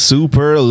Super